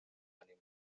imodoka